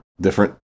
different